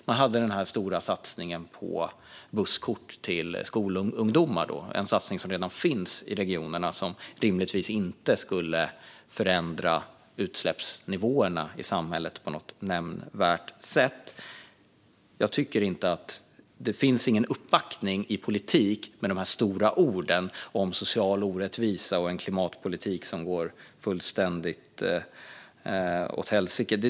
Man hade den stora satsningen på busskort till skolungdomar, en satsning som redan finns i regionerna och som rimligtvis inte skulle förändra utsläppsnivåerna i samhället nämnvärt. Det finns ingen uppbackning i politik till de stora orden om social orättvisa och en klimatpolitik som går fullständigt åt helsike.